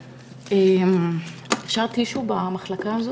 נשאר טישו במחלקה הזאת?